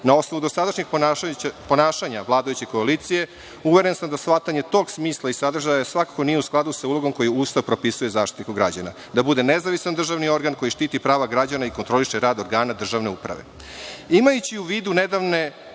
Na osnovu dosadašnjeg ponašanja vladajuće koalicije, uveren sam da shvatanje tog smisla i sadržaja svakako nije u skladu sa ulogom koju Ustav propisuje Zaštitniku građana, da bude nezavistan državni organ koji štiti prava građana i kontroliše rad organa državne uprave. Imajući u vidu nedavne